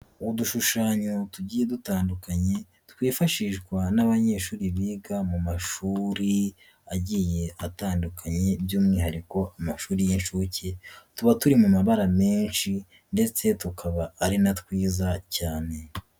Udushushanyo tugiye dutandukanye twifashishwa n'abanyeshuri biga mu mashuri agiye atandukanye by'umwihariko amashuri y'inshuke, tuba turi mu mabara menshi ndetse tukaba ari na twiza cyane.